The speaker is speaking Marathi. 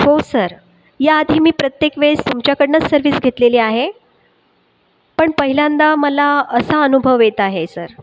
हो सर याआधी मी प्रत्येकवेळेस तुमच्याकडंनंच सर्व्हिस घेतलेली आहे पण पहिल्यांदा मला असा अनुभव येत आहे सर